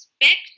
expect